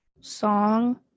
song